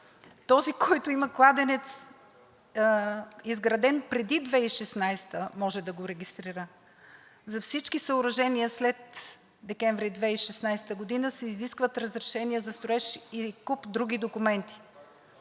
Този, който има кладенец изграден преди 2016 г., може да го регистрира. За всички съоръжения след декември 2016 г. се изискват разрешения за строеж и куп други документи.